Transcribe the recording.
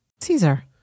Caesar